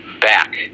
back